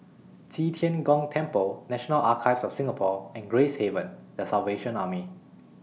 Qi Tian Gong Temple National Archives of Singapore and Gracehaven The Salvation Army